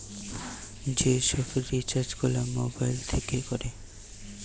যে সব রিচার্জ গুলা মোবাইল থিকে কোরে